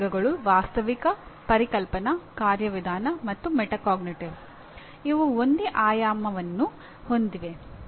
ಇವು ಒಂದೇ ಆಯಾಮವನ್ನು ಹೊಂದಿವೆ